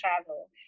travel